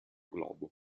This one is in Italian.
globo